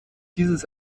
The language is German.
dieses